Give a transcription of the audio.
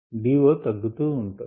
DO తగ్గుతూ ఉంటుంది